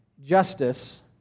justice